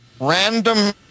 Random